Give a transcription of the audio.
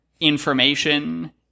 information